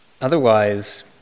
Otherwise